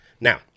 now